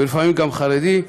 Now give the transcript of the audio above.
ולפעמים גם חרדי,